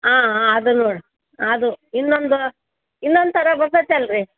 ಆಂ ಹಾಂ ಅದು ನೋಡಿ ಅದು ಇನ್ನೊಂದು ಇನ್ನೊಂದು ಥರ ಬರ್ತದಲ್ರಿ